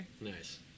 Nice